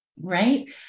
right